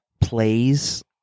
plays